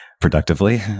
productively